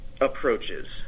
approaches